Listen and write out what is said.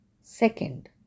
Second